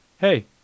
Hey